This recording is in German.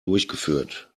durchgeführt